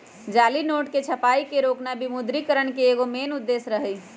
जाली नोट के छपाई के रोकना विमुद्रिकरण के एगो मेन उद्देश्य रही